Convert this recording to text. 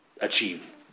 achieve